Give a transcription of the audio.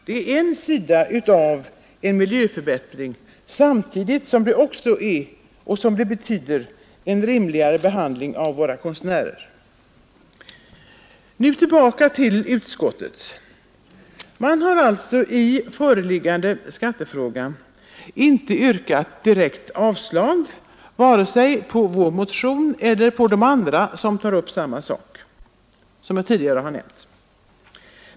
Det är en sida av en miljöförbättring samtidigt som det också betyder en rimligare behandling av våra konstnärer. Nu tillbaka till utskottet. Man har alltså i föreliggande skattefråga inte yrkat direkt avslag vare sig på vår motion eller på de andra som tar upp samma sak, som jag tidigare har nämnt.